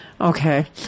Okay